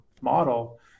model